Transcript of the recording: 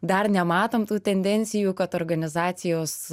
dar nematom tų tendencijų kad organizacijos